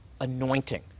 anointing